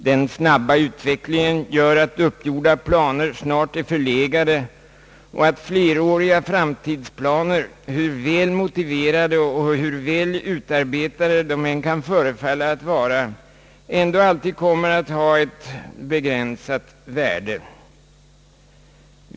Den snabba utvecklingen gör att uppgjorda planer snart blir förlegade och att fleråriga framtidsplaner, hur väl motiverade och hur väl utarbetade de än kan förefalla att vara, ändå alltid kommer att ha ett begränsat värde.